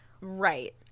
Right